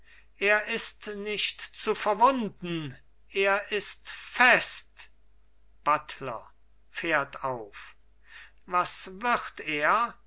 er ist nicht zu verwunden er ist fest buttler fährt auf was wird er